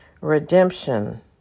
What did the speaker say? redemption